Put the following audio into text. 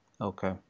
Okay